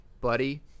buddy